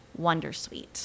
Wondersuite